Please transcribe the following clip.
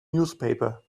newspaper